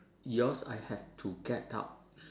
yours I have to get out